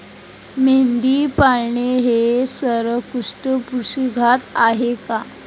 मेंढी पाळणे हे सर्वोत्कृष्ट पशुखाद्य आहे का?